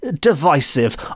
divisive